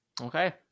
okay